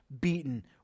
beaten